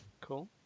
Cool